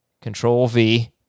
Control-V